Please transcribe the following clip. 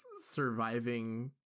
surviving